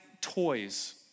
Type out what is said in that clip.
toys